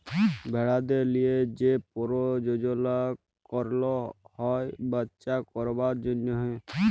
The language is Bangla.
ভেড়াদের লিয়ে যে পরজলল করল হ্যয় বাচ্চা করবার জনহ